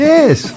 Yes